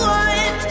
one